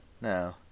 No